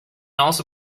also